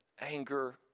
anger